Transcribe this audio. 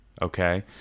Okay